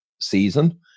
season